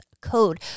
Code